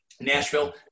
Nashville